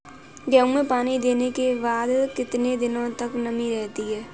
गेहूँ में पानी देने के बाद कितने दिनो तक नमी रहती है?